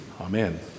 amen